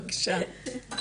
בבקשה.